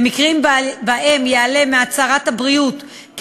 במקרים שבהם יעלה מהצהרת הבריאות כי